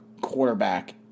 quarterback